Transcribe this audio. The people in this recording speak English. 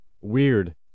weird